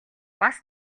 бас